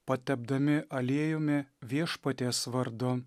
patepdami aliejumi viešpaties vardu